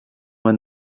when